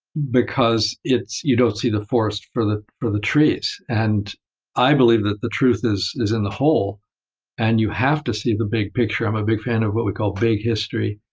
because you don't see the forest for the for the trees, and i believe that the truth is is in the whole and you have to see the big picture. i'm a big fan of what we call big history